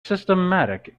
systematic